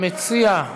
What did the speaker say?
המציע,